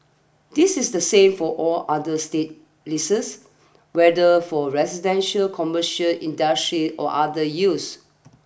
this is the same for all other state leases whether for residential commercial industry or other use